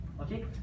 okay